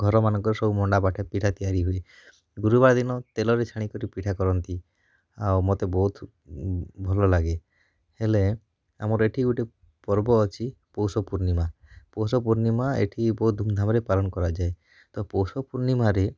ଘର ମାନଙ୍କରେ ସବୁ ମଣ୍ଡା ବାଟା ପିଠା ତିଆରି ହୁଏ ଗୁରୁବାର ଦିନ ତେଲରେ ଛାଣି କରି ପିଠା କରନ୍ତି ଆଉ ମୋତେ ବହୁତ ଭଲ ଲାଗେ ହେଲେ ଆମର ଏଇଠି ଗୋଟେ ପର୍ବ ଅଛି ପୌଷ ପୂର୍ଣ୍ଣିମା ପୌଷ ପୂର୍ଣ୍ଣିମା ଏଇଠି ବହୁତ ଧୁମ ଧାମରେ ପାଲନ କରାଯାଏ ତ ପୌଷ ପୂର୍ଣ୍ଣିମାରେ